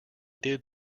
did